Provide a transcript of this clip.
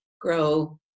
grow